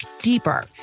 deeper